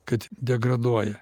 kad degraduoja